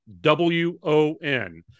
W-O-N